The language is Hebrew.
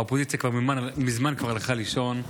האופוזיציה מזמן כבר הלכה לישון,